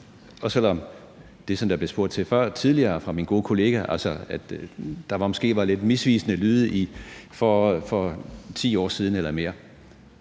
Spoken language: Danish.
også selv om der til det, der blev spurgt ind til tidligere af min gode kollega, måske var lidt mislyde for 10 år siden eller mere.